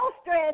stress